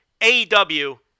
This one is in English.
AEW